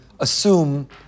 assume